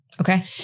Okay